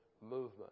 movement